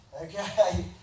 okay